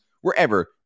wherever